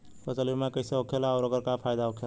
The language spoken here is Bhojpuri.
फसल बीमा कइसे होखेला आऊर ओकर का फाइदा होखेला?